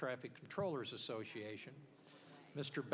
traffic controllers association mr